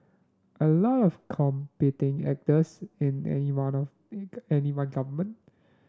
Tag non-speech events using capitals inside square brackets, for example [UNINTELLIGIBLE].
a lot of competing actors in any one of in [UNINTELLIGIBLE] any one government